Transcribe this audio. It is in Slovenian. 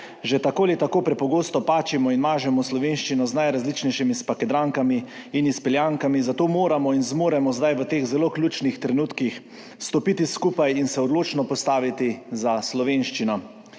Že tako ali tako prepogosto pačimo in mažemo slovenščino z najrazličnejšimi spakedrankami in izpeljankami, zato moramo in zmoremo zdaj v teh zelo ključnih trenutkih stopiti skupaj in se odločno postaviti za slovenščino.